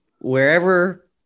wherever